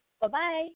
Bye-bye